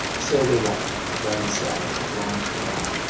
so they walked down the side of the grand canal,